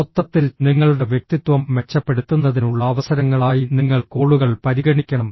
മൊത്തത്തിൽ നിങ്ങളുടെ വ്യക്തിത്വം മെച്ചപ്പെടുത്തുന്നതിനുള്ള അവസരങ്ങളായി നിങ്ങൾ കോളുകൾ പരിഗണിക്കണം